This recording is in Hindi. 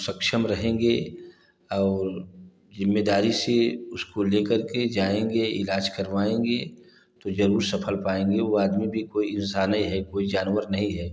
सक्षम रहेंगे और जिम्मेदारी से उसको लेकर के जाएँगे ईलाज करवाएँगे तो जरुर सफल पाएँगे वो आदमी भी कोई इन्सानै है कोई जानवर नहीं है